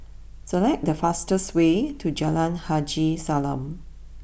select the fastest way to Jalan Haji Salam